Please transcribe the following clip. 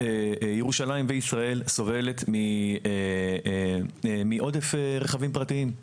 ירושלים וישראל סובלת מעודף רכבים פרטיים.